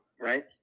Right